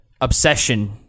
Obsession